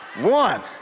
One